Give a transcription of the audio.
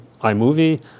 iMovie